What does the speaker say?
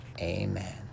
Amen